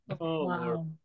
wow